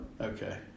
Okay